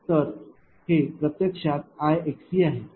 तर हे प्रत्यक्षात Ixcआहे